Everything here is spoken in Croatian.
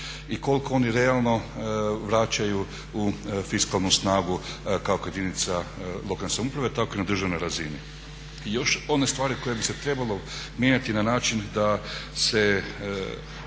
i koliko oni realno vraćaju u fiskalnu snagu kako jedinica lokalne samouprave, tako i na državnoj razini. Još one stvari koje bi se trebalo mijenjati na način da se